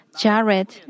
Jared